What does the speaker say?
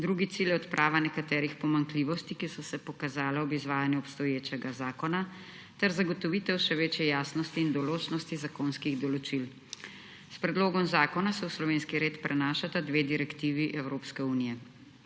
Drugi cilj je odprava nekaterih pomanjkljivosti, ki so se pokazale ob izvajanju obstoječega zakona, ter zagotovitev še večje jasnosti in določnosti zakonskih določil. S predlogom zakona se v slovenski red prenašata dve direktivi Evropske unije.